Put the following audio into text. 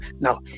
No